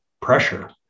pressure